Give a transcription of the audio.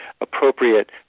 appropriate